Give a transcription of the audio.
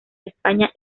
españa